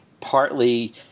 partly –